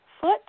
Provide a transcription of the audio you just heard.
foot